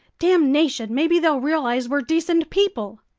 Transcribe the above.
damnation! maybe they'll realize we're decent people!